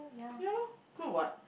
ya lor good what